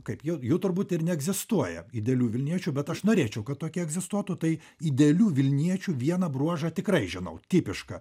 kaip jų jų turbūt ir neegzistuoja idealių vilniečių bet aš norėčiau kad tokie egzistuotų tai idealių vilniečių vieną bruožą tikrai žinau tipišką